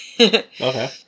Okay